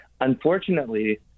unfortunately